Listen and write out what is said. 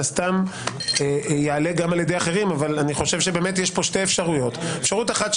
הסתם יעלה פה גם על ידי אחרים אבל יש פה שתי אפשרויות: אחת,